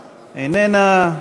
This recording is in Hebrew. איננה,